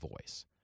voice